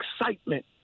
excitement